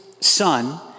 son